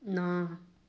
ਨਾ